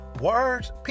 Words